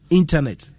internet